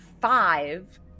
five